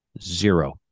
Zero